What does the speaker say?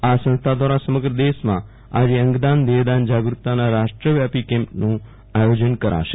આ સંસ્થા દ્રારા સમગ્ર દેશમાં આવતીકાલે અંગદાન દેહદાન જાગરૂકતાના રાષ્ટ્રવ્યાપી કેમ્પનું આયોજન કરાશે